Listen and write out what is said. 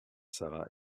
sarah